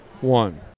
one